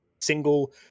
single